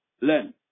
Learn